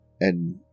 and-